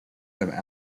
them